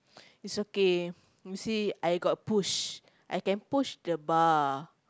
it's okay you see I got push I can push the bar